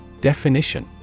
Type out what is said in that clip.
Definition